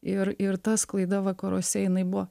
ir ir ta sklaida vakaruose jinai buvo